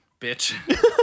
Bitch